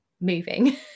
moving